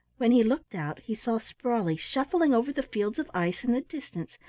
when he looked out he saw sprawley shuffling over the fields of ice in the distance,